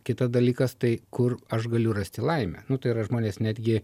kitas dalykas tai kur aš galiu rasti laimę nu tai yra žmonės netgi